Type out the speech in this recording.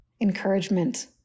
encouragement